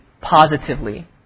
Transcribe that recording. positively